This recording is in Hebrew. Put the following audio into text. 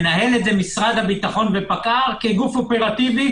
מנהל את זה משרד הביטחון ופקע"ר כגוף אופרטיבי